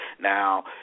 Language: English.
Now